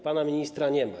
Pana ministra nie ma.